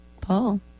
Paul